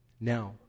Now